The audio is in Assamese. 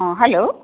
অঁ হেল্ল'